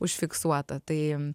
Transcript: užfiksuota tai